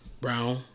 brown